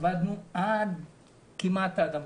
עבדנו כמעט עד המליאה,